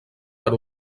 per